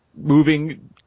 Moving